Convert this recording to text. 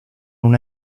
una